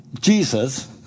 Jesus